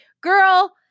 girl